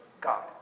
God